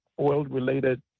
oil-related